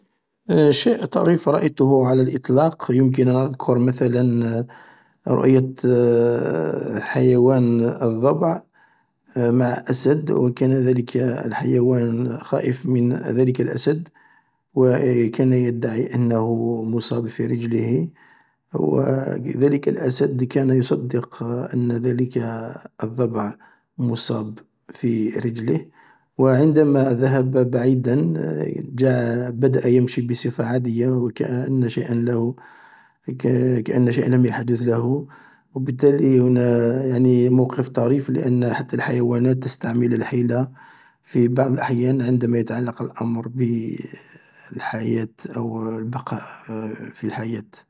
شيء طريف رأيته على الإطلاق يمكن أذكر مثلا رؤية حيوان الضبع مع أسد و كان ذلك الحيوان خائف من ذلك الأسد و كان يدعي أنه مصاب في رجله و ذلك الأسد كان يصدق أن ذلك الضبع مصاب في رجله و عندما ذهب بعيدا بدأ يمشي بصفة عادية و كأن شيء له و كأن شيء لم يحدث له و بالتالي هنا يعني موقف طريف لأن حتى الحيوانات تستعمل الحياة في بعض الأحيان عندما يتعلق الأمر بالحياة أو البقاء في الحياة.